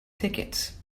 tickets